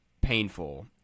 painful